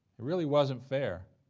it really wasn't fair.